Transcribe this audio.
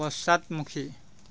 পশ্চাদমুখী